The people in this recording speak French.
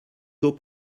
taux